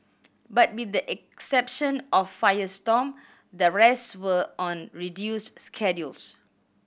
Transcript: but with the exception of Firestorm the rest were on reduced schedules